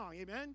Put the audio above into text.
amen